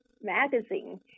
magazine